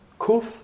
Kuf